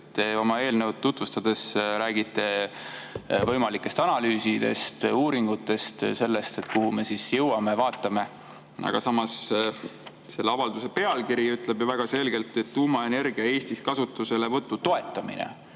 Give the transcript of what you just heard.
Te oma eelnõu tutvustades räägite võimalikest analüüsidest, uuringutest, sellest, et vaatame, kuhu me siis jõuame. Aga samas selle avalduse pealkiri ütleb väga selgelt: tuumaenergia Eestis kasutuselevõtu toetamine.